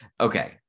okay